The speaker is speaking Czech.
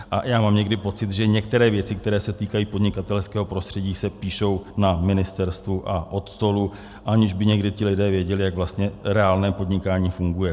A já mám někdy pocit, že některé věci, které se týkají podnikatelského prostředí, se píšou na ministerstvu a od stolu, aniž by někdy ti lidé věděli, jak vlastně reálné podnikání funguje.